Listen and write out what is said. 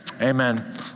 Amen